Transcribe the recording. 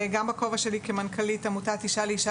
גם בכובע שלי כמנכ"לית עמותת אישה לאישה